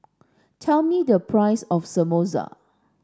tell me the price of Samosa